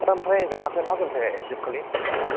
दा ओमफ्राय जाग्राखौलाय मा होगोन दे जोबखालि जोबनायाव